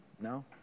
No